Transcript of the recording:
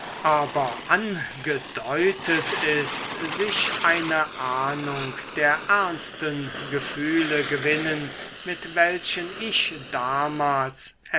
aber angedeutet ist sich eine ahnung der ernsten gefühle gewinnen mit welchen ich damals